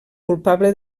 culpable